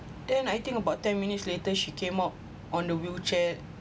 then I think about ten minutes later she came out on the wheelchair